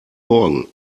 morgen